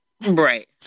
Right